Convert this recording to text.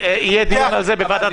יהיה על זה דיון בוועדת